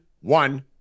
one